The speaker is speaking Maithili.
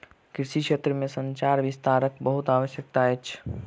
कृषि क्षेत्र में संचार विस्तारक बहुत आवश्यकता अछि